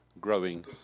growing